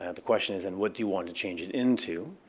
and the question is and what do you want to change it into?